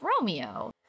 Romeo